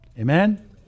Amen